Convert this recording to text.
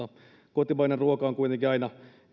kotimainen ruoka on kuitenkin aina